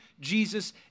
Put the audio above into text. Jesus